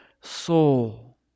soul